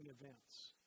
events